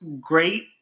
great